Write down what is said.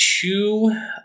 two